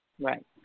Right